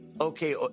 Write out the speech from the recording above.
okay